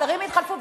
השרים התחלפו,